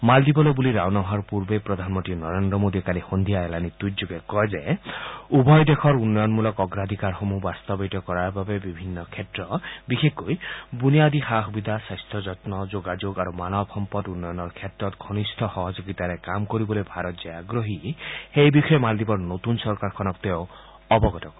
মালদ্বীপলৈ বুলি ৰাওনা হোৱাৰ পূৰ্বে প্ৰধানমন্ত্ৰী নৰেন্দ্ৰ মোডীয়ে কালি সদ্ধিয়া এলানি টুইটযোগে কয় যে উভয় দেশৰ উন্নয়নমূলক অগ্ৰাধিকাৰসমূহ বাস্তৱায়িত কৰাৰ বাবে বিভিন্ন ক্ষেত্ৰ বিশেষকৈ বুনিয়াদী সা সুবিধা স্বাস্থ্যযন্ন যোগাযোগ আৰু মানৱ সম্পদ উন্নয়নৰ ক্ষেত্ৰত ঘনিষ্ঠ সহযোগিতাৰে কাম কৰিবলৈ ভাৰত যে আগ্ৰহী সেই বিষয়ে মালদ্বীপৰ নতুন চৰকাৰখনক তেওঁ অৱগত কৰিব